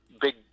big